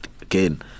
again